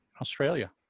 Australia